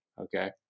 okay